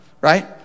right